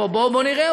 או בוא נראה,